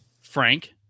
Frank